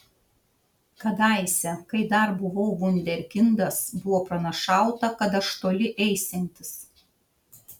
kadaise kai dar buvau vunderkindas buvo pranašauta kad aš toli eisiantis